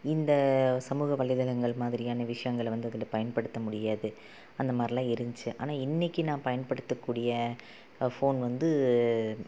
இந்த சமூக வலை தளங்கள் மாதிரியான விஷயங்களை வந்து அதில் பயன்படுத்த முடியாது அந்த மாரிலாம் இருந்துச்சி ஆனால் இன்றைக்கி நான் பயன்படுத்த கூடிய அ ஃபோன் வந்து